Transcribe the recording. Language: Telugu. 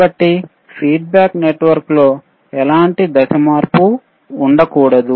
కాబట్టి ఫీడ్బ్యాక్ నెట్వర్క్లో ఎలాంటి దశల మార్పు ఉండకూడదు